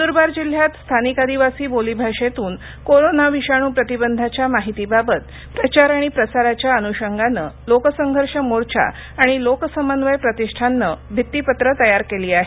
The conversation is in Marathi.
नंदुरबार जिल्ह्यात स्थानिक आदिवासी बोलीभाषेतुन कोरोना विषाणू प्रतिबंधाच्या माहीतीबाबत प्रचार आणि प्रसाराच्या अनुशंगाने लोकसंघर्ष मोर्चा आणि लोकसमन्वय प्रतिष्ठाननं भिंतीपत्र तयार केली आहेत